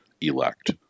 elect